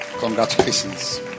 Congratulations